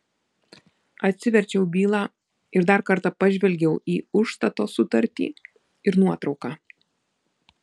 atsiverčiau bylą ir dar kartą pažvelgiau į užstato sutartį ir nuotrauką